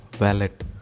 wallet